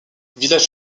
village